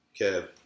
Kev